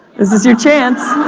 this is your chance.